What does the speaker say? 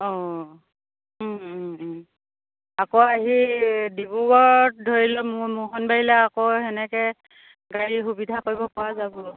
অঁ আকৌ আহি ডিব্ৰুগড়ত ধৰি লওক মোহনবাৰীলৈ আকৌ তেনেকৈ গাড়ীৰ সুবিধা কৰিব পৰা যাব